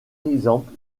exemple